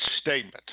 statement